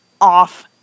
off